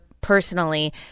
personally